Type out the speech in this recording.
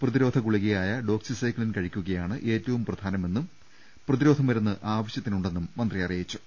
പ്രതിരോധ ഗുളികയായ ഡോക്സിസൈക്ലിൻ കഴിക്കുക യായണ് ഏറ്റവും പ്രധാനമെന്നും പ്രതിരോധ മരുന്ന് ആവശ്യത്തി നുണ്ടെന്നും മന്ത്രി അറിയിച്ചു